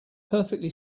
perfectly